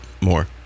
more